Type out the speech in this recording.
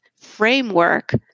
framework